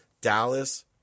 Dallas